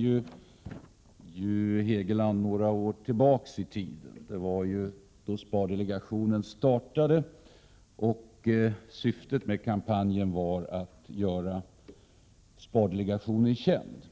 Hugo Hegeland talade om spardelegationen när den startade för några år sedan. Syftet med kampanjen var att göra spardelegationen känd.